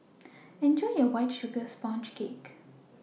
Enjoy your White Sugar Sponge Cake